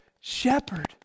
shepherd